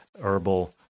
herbal